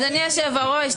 אדוני היושב-ראש,